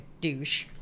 douche